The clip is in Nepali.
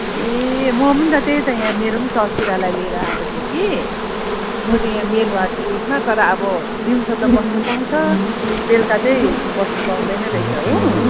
ए म पनि त त्यही त यहाँ मेरो पनि ससुरालाई लिएर आएको थिएँ कि म चाहिँ यहाँ मेल वार्ड उयसमा तर अब दिउँसो त बस्नु पाउँछ बेलुका चाहिँ बस्नु पाउँदैन रहेछ हो